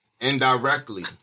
indirectly